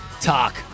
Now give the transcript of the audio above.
Talk